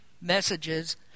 messages